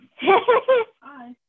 Hi